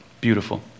Beautiful